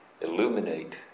illuminate